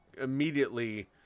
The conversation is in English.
immediately